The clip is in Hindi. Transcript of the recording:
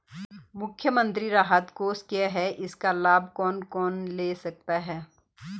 मुख्यमंत्री राहत कोष क्या है इसका लाभ कौन कौन ले सकता है?